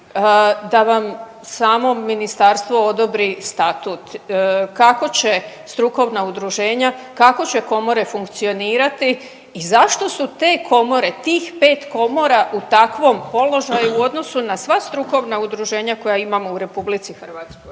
da vam samo ministarstvo odobri statut? Kako će strukovna udruženja, kako će komore funkcionirati i zašto su te komore tih 5 komora u takvom položaju u odnosu na sva strukovna udruženja koja imamo u RH?